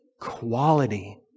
quality